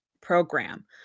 program